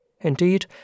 Indeed